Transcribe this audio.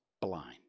blind